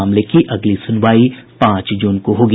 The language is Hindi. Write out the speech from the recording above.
मामले की अगली सुनवाई पांच जून को होगी